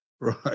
Right